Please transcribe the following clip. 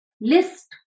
list